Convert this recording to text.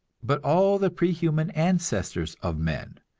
but all the prehuman ancestors of men,